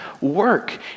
work